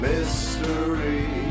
Mystery